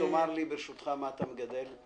תאמר לי, ברשותך, מה אתה מגדל.